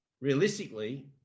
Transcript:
realistically